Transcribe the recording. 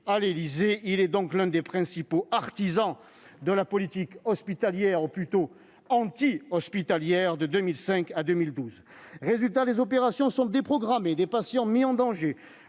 à l'Élysée. Il est donc l'un des principaux artisans de la politique hospitalière, ou plutôt anti-hospitalière, de 2005 à 2012. Résultat : les opérations sont déprogrammées et des patients mis en danger